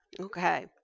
okay